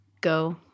go